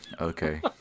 Okay